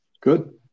good